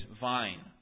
vine